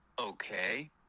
Okay